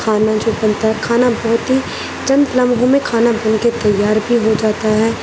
کھانا جو بنتا ہے کھانا بہت ہی چند لمحوں میں کھانا بن کے تیار بھی ہو جاتا ہے